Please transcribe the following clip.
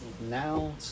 Now